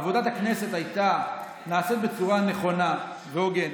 עבודת הכנסת הייתה נעשית בצורה נכונה והוגנת,